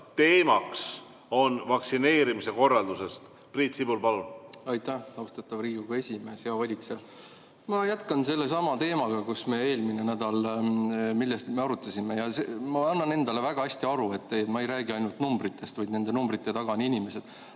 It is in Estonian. teemaks on vaktsineerimise korraldus. Priit Sibul, palun! Aitäh, austatud Riigikogu esimees! Hea valitseja! Ma jätkan sellesama teemaga, mida me eelmine nädal arutasime. Ma annan endale väga hästi aru, et me ei räägi ainult numbritest, vaid nende numbrite taga on inimesed.